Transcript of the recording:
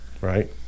right